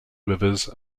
rivers